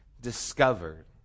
discovered